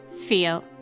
feel